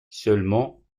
seulement